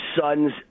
sons